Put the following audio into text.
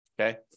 Okay